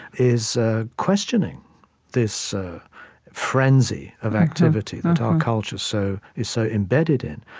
is ah questioning this frenzy of activity that our culture so is so embedded in.